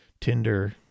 Tinder